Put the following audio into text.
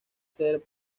ser